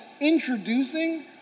introducing